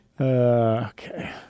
Okay